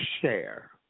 share